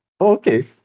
okay